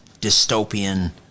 dystopian